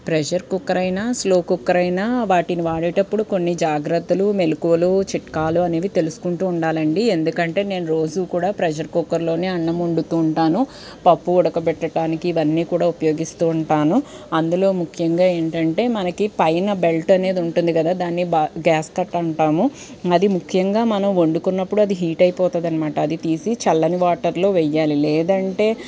pressure cooker అయినా slow cooker అయినా వాటిని వాడేటప్పుడు కొన్ని జాగ్రత్తలు మెలుకులు చిట్కాలు అనేవి తెలుసుకుంటూ ఉండాలండి ఎందుకంటే నేను రోజు కూడా ప్రెషర్ కుక్కర్లోనే అన్నం వండుతూ ఉంటాను పప్పు ఉడకబెట్టడానికి ఇవన్నీ కూడా ఉపయోగిస్తూ ఉంటాను అందులో ముఖ్యంగా ఏంటంటే మనకి పైన బెల్ట్ అనేది ఉంటుంది కదా దాన్ని గ్యాస్కెట్ అంటాము అది ముఖ్యంగా మనం వండుకున్నప్పుడు అది హీట్ అయిపోతుంది అనమాట అది తీసి చల్లని వాటర్లో వెయ్యాలి లేదంటే